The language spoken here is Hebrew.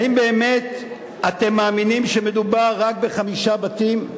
האם באמת אתם מאמינים שמדובר רק בחמישה בתים?